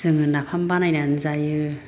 जोङो नाफाम बानायनानै जायो